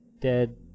dead